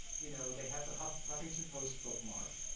you know they have the huffington post bookmarked.